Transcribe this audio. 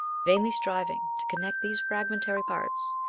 vainly striving to connect these fragmentary parts,